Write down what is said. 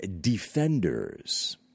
defenders